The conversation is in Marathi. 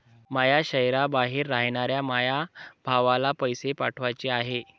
माया शैहराबाहेर रायनाऱ्या माया भावाला पैसे पाठवाचे हाय